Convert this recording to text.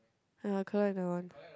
!aiya! collect that one